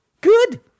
Good